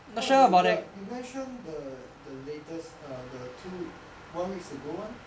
oh you ya you mentioned the the latest uh the two one weeks ago [one]